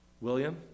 William